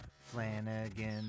Flanagan